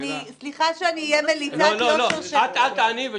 סליחה שאני אהיה מליצת יושר --- לא, אל תעני.